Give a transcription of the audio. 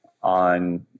on